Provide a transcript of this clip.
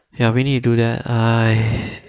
ya we need to do that